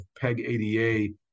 PEG-ADA